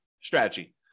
strategy